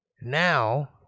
now